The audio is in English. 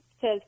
says